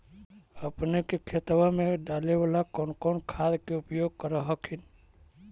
अपने के खेतबा मे डाले बाला कौन कौन खाद के उपयोग कर हखिन?